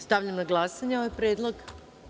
Stavljam na glasanje ovaj predlog.